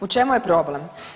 U čemu je problem?